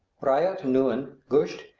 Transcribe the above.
ryot, nune, gusht,